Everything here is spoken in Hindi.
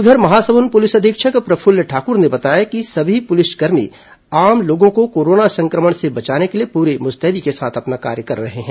उधर महासमुंद पुलिस अधीक्षक प्रफुल्ल ठाकुर ने बताया है कि सभी पुलिसकर्मी आम लोगों को कोरोना संक्रमण से बचाने के लिए पूरी मुस्तैदी के साथ अपना कार्य कर रहे हैं